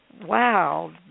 Wow